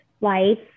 life